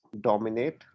dominate